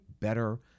better